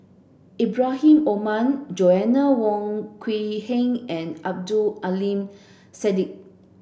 Ibrahim Omar Joanna Wong Quee Heng and Abdul Aleem